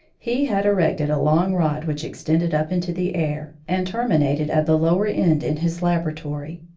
he had erected a long rod which extended up into the air, and terminated at the lower end in his laboratory.